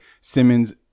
Simmons